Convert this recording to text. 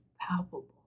palpable